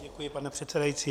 Děkuji, pane předsedající.